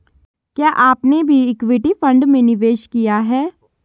क्या आपने भी इक्विटी फ़ंड में निवेश किया है?